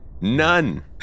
none